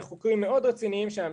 חוקרים מאוד רציניים שם,